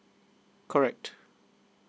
correct